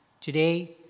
Today